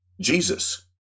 jesus